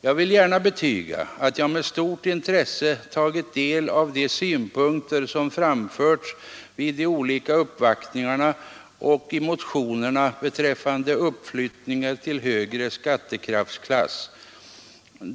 Jag vill gärna betyga att jag med stort intresse tagit del av de synpunkter som framförts vid de olika uppvaktningarna och i motionerna beträffande uppflyttningar till högre skattekraftsklass.